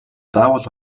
заавал